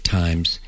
times